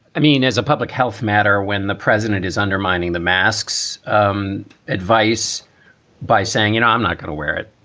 i mean, as a public health matter, when the president is undermining the masks and um advice by saying, you know, i'm not going to wear it,